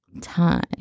time